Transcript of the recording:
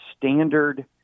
standard